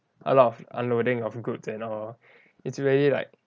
a lot of unloading of goods and all it's really like